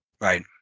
Right